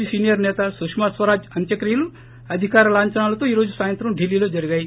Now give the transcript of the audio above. P senior సేత సుష్మా స్వరాజ్ అంతయక్రియలు అధికార లాంచనాలతో ఈ రోజు సాయంత్రం ఢిల్లీలో జరిగాయి